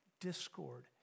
discord